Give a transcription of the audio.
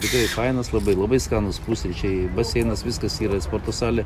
tikrai fainas labai labai skanūs pusryčiai baseinas viskas yra sporto salė